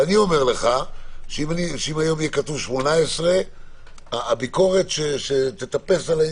אני אומר לך שאם היום ייכתב 18 תהיה ביקורת על כך.